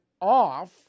off